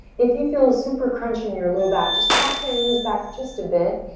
if you feel super crunchy in your low back, just walk your knees back just a bit.